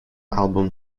album